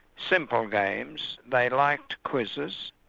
simple games they liked quizzes,